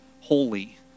holy